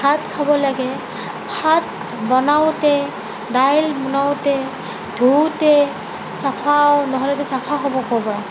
ভাত খাব লাগে ভাত বনাওঁতে দাইল বনাওঁতে ধুওঁতে চাফা নহ'লেতো চাফা হ'ব ক'ৰ পৰা